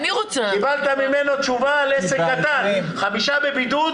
קיבלת ממנו תשובה על עסק קטן חמישה בבידוד,